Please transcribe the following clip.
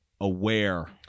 aware